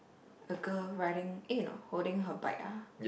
a girl riding eh no holding her bike ah